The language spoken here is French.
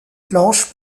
planche